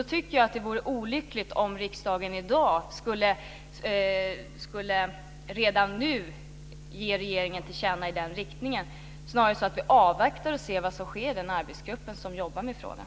Då vore det olyckligt om riksdagen redan nu skulle ge regeringen till känna i den riktningen. Vi borde snarare avvakta och se vad som sker i den arbetsgrupp som jobbar med frågan.